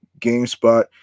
GameSpot